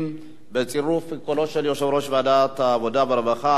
בצירוף קולו של יושב-ראש ועדת העבודה והרווחה,